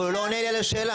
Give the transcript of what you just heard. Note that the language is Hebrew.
אבל הוא לא עונה לי על השאלה.